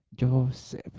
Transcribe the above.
joseph